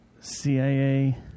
CIA